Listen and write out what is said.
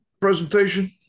presentation